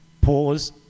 Pause